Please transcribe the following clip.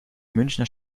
münchner